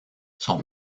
sont